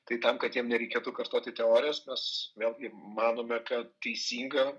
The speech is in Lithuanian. kai tam kad jiem nereikėtų kartoti teorijos mes vėlgi manome kad teisinga